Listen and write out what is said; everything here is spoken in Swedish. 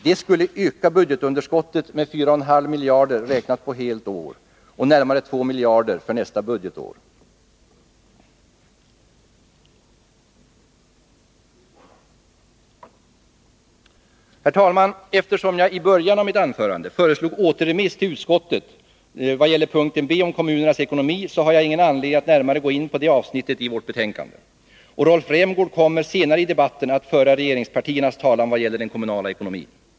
Det skulle öka budgetunderskottet med 4,5 miljarder, räknat på helt år, och med närmare 2 miljarder för nästa budgetår. Eftersom jag i början av mitt anförande föreslog återremiss till utskottet vad gäller punkten B 2, om kommunernas ekonomi, har jag ingen anledning att närmare gå in på det avsnittet i vårt betänkande. Rolf Rämgård kommer senare i debatten att föra regeringspartiernas talan vad gäller den kommunala ekonomin.